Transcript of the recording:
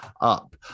up